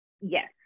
Yes